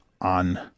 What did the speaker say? on